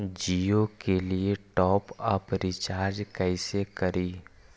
जियो के लिए top up recharge कैसे करी?